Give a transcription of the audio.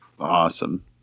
Awesome